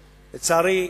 לצערי,